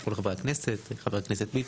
כל חברי הכנסת וחבר הכנסת ביטון,